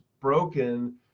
broken